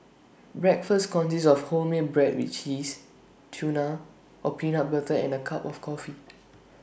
breakfast consists of wholemeal bread with cheese tuna or peanut butter and A cup of coffee